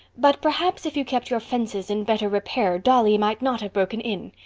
but perhaps if you kept your fences in better repair dolly might not have broken in.